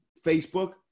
Facebook